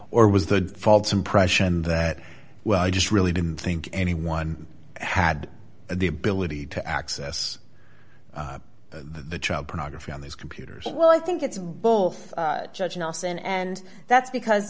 or was the false impression that well i just really didn't think anyone had the ability to access the child pornography on these computers well i think it's bull judge nelson and that's because